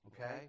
okay